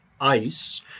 ice